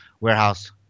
Warehouse